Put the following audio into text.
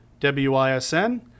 WISN